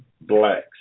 blacks